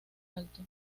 alto